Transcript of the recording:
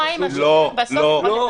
לא האם השוטר בסוף יכול --- לא.